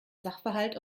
sachverhalt